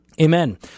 Amen